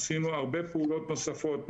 עשינו הרבה פעולות נוספות,